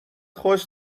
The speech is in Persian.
خوش